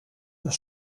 das